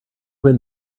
when